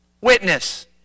Witness